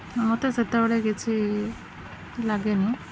ମୋତେ ସେତେବେଳେ କିଛି ଲାଗେନି